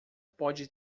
pode